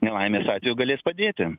nelaimės atveju galės padėti